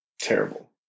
Terrible